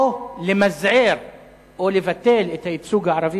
או למזער או לבטל את הייצוג הערבי